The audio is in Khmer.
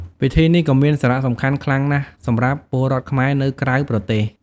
ពិធីនេះក៏មានសារៈសំខាន់ខ្លាំងណាស់សម្រាប់ពលរដ្ឋខ្មែរនៅក្រៅប្រទេស។